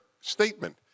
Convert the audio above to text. statement